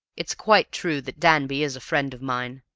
it's quite true that danby is a friend of mine.